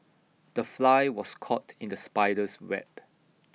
the fly was caught in the spider's web